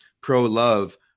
pro-love